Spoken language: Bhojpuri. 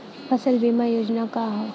फसल बीमा योजना का ह?